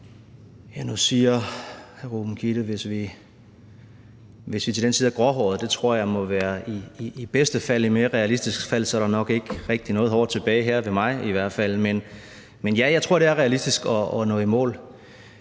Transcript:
Ruben Kidde, at vi til den tid er gråhårede, og det tror jeg må være i bedste fald. I mere realistisk fald er der nok ikke rigtig noget hår tilbage – her på mig i hvert fald. Men ja, jeg tror, det er realistisk at nå i mål.